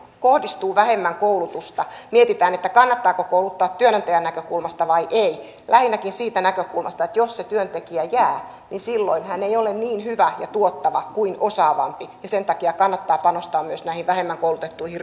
kohdistuu vähemmän koulutusta kannattaako kouluttaa työnantajan näkökulmasta vai ei lähinnäkin siitä näkökulmasta että jos se työntekijä jää niin silloin hän ei ole niin hyvä ja tuottava kuin osaavampi ja sen takia kannattaa panostaa myös näihin vähemmän koulutettuihin